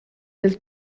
del